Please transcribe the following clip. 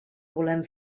volem